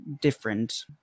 different